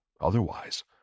Otherwise